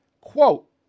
quote